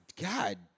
god